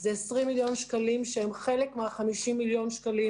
אלה 20 מיליון שקלים שהם חלק מה-50 מיליון שקלים